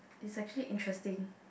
is actually interesting